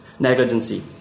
negligency